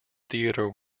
theatre